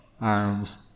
arms